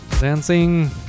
dancing